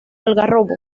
algarrobo